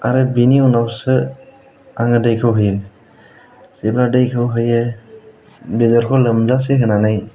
आरो बेनि उनावसो आङो दैखौ होयो जेब्ला दैखौ होयो बेदरखौ लोमजासे होनानै